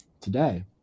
today